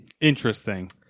Interesting